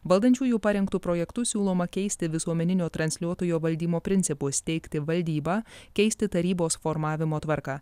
valdančiųjų parengtu projektu siūloma keisti visuomeninio transliuotojo valdymo principus steigti valdybą keisti tarybos formavimo tvarką